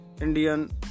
Indian